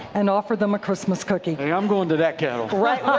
and offer them a christmas cookie. i'm going to that kettle. right?